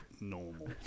normal